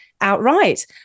outright